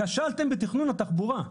כשלתם בתכנון התחבורה.